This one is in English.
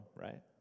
right